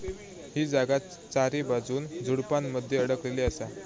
ही जागा चारीबाजून झुडपानमध्ये अडकलेली असा